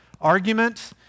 argument